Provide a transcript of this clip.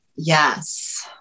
Yes